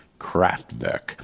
Kraftwerk